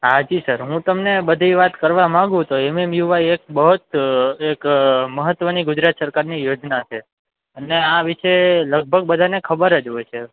હા જી સર હું તમને બધી વાત કરવા માગું તો એમએમયુઆઇ એક બહોત એક મહત્ત્વની ગુજરાત સરકારની યોજના છે અને આ વિશે લગભગ બધાને ખબર જ હોય છે